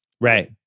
Right